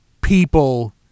people